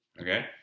Okay